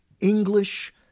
English